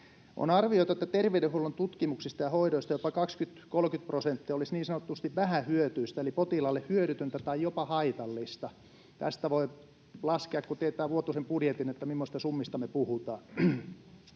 On arvioitu, että terveydenhuollon tutkimuksista ja hoidoista jopa 20—30 prosenttia olisi niin sanotusti vähähyötyistä eli potilaalle hyödytöntä tai jopa haitallista. Tästä voi laskea, kun tietää vuotuisen budjetin, mimmoisista summista me puhutaan.